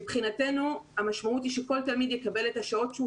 מבחינתנו המשמעות היא שכל תלמיד יקבל את השעות שהוא